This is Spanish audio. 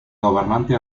gobernante